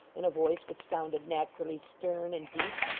in a voice which sounded naturally stern and deep.